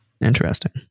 Interesting